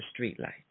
streetlight